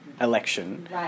election